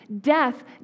Death